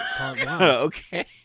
Okay